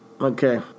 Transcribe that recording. Okay